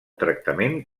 tractament